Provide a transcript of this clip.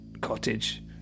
cottage